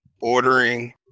ordering